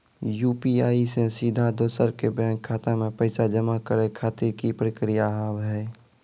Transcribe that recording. UPI से सीधा दोसर के बैंक खाता मे पैसा जमा करे खातिर की प्रक्रिया हाव हाय?